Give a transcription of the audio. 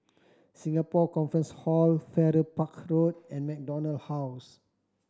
Singapore Conference Hall Farrer Park Road and MacDonald House